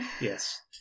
Yes